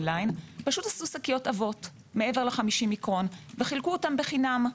ליין עשו שקיות עבות מעבר ל-50 מיקרון וחילקו אותן בחינם,